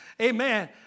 Amen